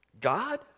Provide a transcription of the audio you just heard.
God